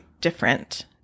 different